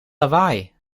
lawaai